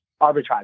Arbitrage